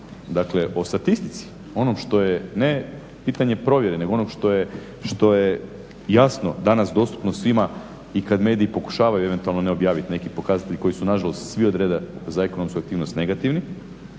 dakle o statistici, onom što je ne pitanje provjere nego onom što je jasno danas dostupno svima i kada mediji pokušavaju eventualno ne objaviti neki pokazatelje koji su nažalost svi od reda za ekonomsku aktivnost negativni